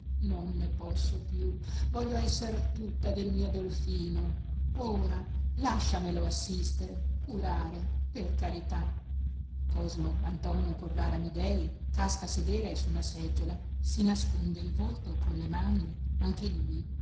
non ne posso più voglio esser tutta del mio dolfino ora lasciamelo assistere curare per carità cosmo antonio corvara amidei casca a sedere su una seggiola si nasconde il volto con le mani anche lui